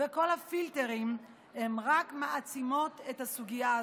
וכל הפילטרים רק מעצימים את סוגיה זו.